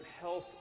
health